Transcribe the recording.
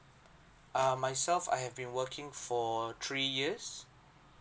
uh myself I have been working for three years